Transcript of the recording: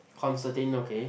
Constantine okay